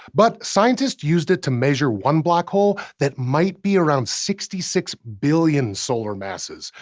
but scientists used it to measure one black hole that might be around sixty six billion solar masses.